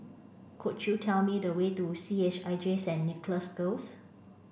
could you tell me the way to C H I J Saint Nicholas Girls